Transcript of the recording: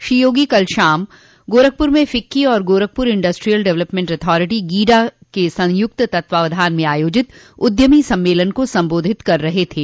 श्री योगी कल शाम गोरखपुर में फिक्की और Gorakhpur development industrial authority GIDA के संयुक्त तत्वावधान में आयोजित उद्यमी सम्मेलन को संबोधित कर रहे थे